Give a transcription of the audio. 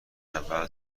اول